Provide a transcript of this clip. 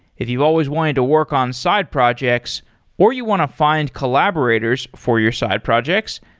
if you've always wanted to work on side projects or you want to find collaborators for your side projects,